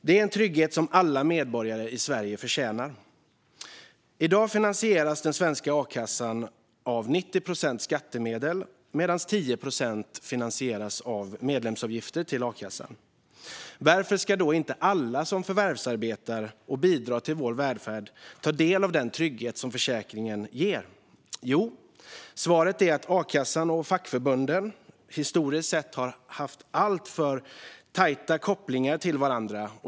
Det är en trygghet som alla medborgare i Sverige förtjänar. I dag finansieras den svenska a-kassan till 90 procent av skattemedel medan 10 procent finansieras av medlemsavgifter. Varför ska då inte alla som förvärvsarbetar och bidrar till vår välfärd ta del av den trygghet som försäkringen ger? Jo, svaret är att a-kassan och fackförbunden historiskt har haft alltför tajta kopplingar till varandra.